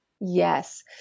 Yes